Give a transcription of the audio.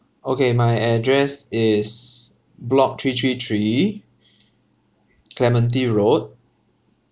okay my address is block three three three clementi road